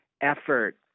effort